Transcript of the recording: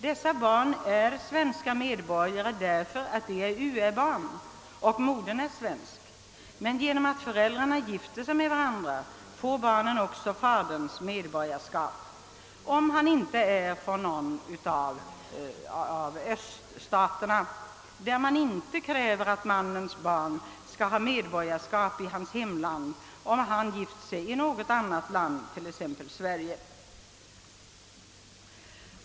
Dessa barn är svenska medborgare därför att de är födda utom äktenskapet och modern är svensk, men genom att föräldrarna gifter sig med varandra får barnen också faderns medborgarskap — om han inte är från någon av öÖststaterna, där man inte kräver att mannens barn skall ha medborgarskap i hans hemland om han gift sig i något annat land, t.ex. Sverige.